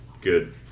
good